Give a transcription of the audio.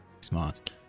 smart